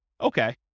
Okay